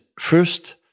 first